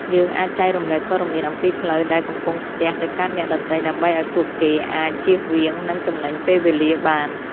យើងអាចចែករំលែកព័ត៌មានអំពីផ្លូវដែលកំពុងស្ទះទៅកាន់អ្នកដទៃដើម្បីឱ្យពួកគេអាចជៀសវាងនិងចំណេញពេលវេលាបាន។